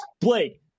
Blake